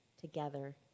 together